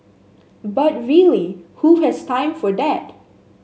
but really who has time for that